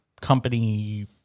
company